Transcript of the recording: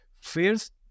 First